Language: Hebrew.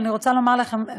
אני רוצה לומר לכם,